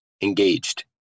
engaged